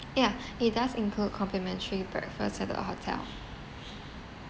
ya it does include complimentary breakfast at the hotel